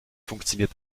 funktioniert